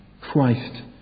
Christ